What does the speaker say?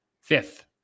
fifth